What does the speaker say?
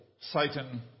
Satan